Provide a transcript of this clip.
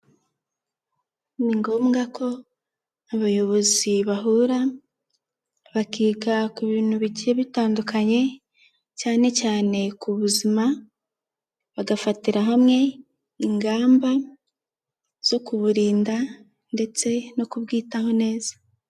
Ni ngombwa ko abayobozi bahura bakita ku bintu bigiye bitandukanye, cyane cyane ku buzima, bagafatira hamwe ingamba zo kuburinda ndetse no kubwitaho neza.